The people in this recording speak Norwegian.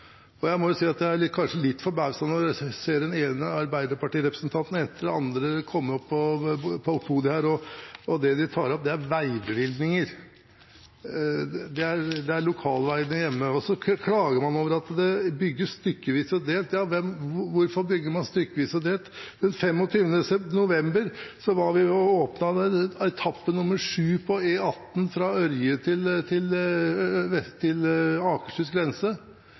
transportplan. Jeg må si at jeg blir litt forbauset når jeg ser den ene Arbeiderparti-representanten etter den andre komme opp på podiet her og ta opp veibevilgninger –til lokalveiene hjemme. Så klager man over at det bygges stykkevis og delt. Ja, hvorfor bygger man stykkevis og delt? Den 25. november åpnet vi etappe nummer sju på E18 fra Ørje til Akershus grense.